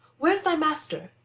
where's thy master?